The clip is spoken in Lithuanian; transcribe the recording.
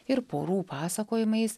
ir porų pasakojimais